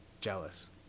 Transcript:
jealous